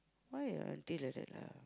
why ah they like that lah